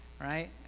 right